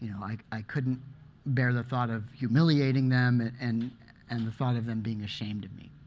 you know like i couldn't bear the thought of humiliating them, and and the thought of them being ashamed of me.